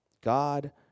God